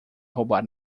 roubar